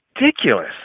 ridiculous